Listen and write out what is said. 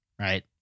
right